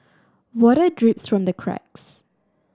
water drips from the cracks